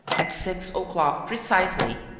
at six o'clock precisely,